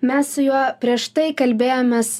mes su juo prieš tai kalbėjomės